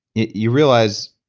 you realize,